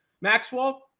Maxwell